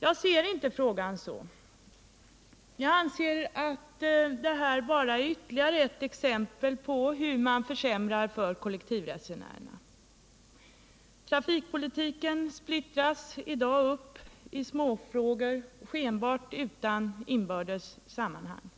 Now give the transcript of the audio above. Jag ser inte frågan så. Jag anser att detta bara är ytterligare ett exempel på hur man försämrar för kollektivresenärerna. Trafikpolitiken splittras i dag upp i småfrågor, skenbart utan inbördes sammanhang.